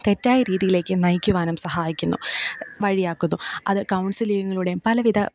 തെറ്റായ രീതിയിലേക്ക് നയിക്കുവാനും സഹായിക്കുന്നു വഴിയാക്കുന്നു അത് കൗൺസിലിങ്ങിലൂടേം പലവിധ